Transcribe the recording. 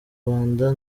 rwanda